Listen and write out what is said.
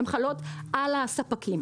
הן חלות על הספקים,